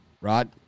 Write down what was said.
Rod